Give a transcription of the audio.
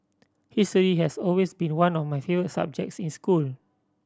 history has always been one of my favourite subjects in school